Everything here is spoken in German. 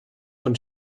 von